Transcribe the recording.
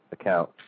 account